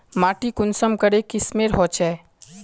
माटी कुंसम करे किस्मेर होचए?